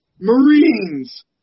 Marines